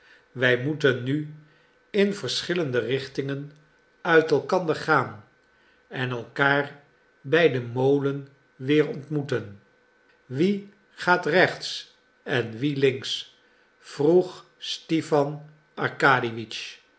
wij moeten nu in verschillende richtingen uit elkander gaan en elkaar bij den molen weer ontmoeten wie gaat rechts en wie links vroeg stipan